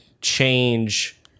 change